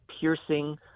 piercing